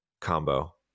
combo